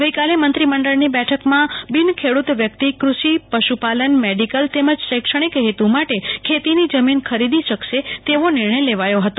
ગઈકાલે મંત્રીમંડળની બેઠકમાં બિનખેડૂત વ્યકિત કૃષિ પશુ પાલન મેડિકલ તેમજ શૈક્ષણિક હેતુ માટે ખેતીની જમીન ખરીદી શકશે તેવો નિર્ણય લેવાયો હતો